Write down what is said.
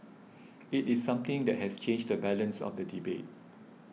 it is something that has changed the balance of the debate